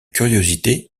curiosité